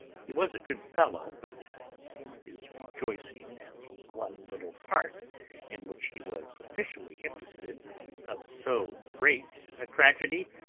he was a good fellow, but his rejoicing at the one little part in which he was officially interested of so great a tragedy,